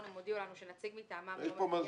הם הודיעו לנו שנציג מטעמם לא מגיע.